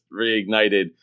reignited